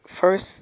first